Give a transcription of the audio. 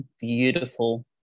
beautiful